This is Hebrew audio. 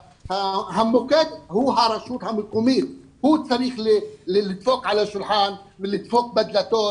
המוקד הוא הרשות המקומית והיא צריכה לדפוק על השולחן ולדפוק על הדלתות,